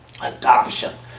Adoption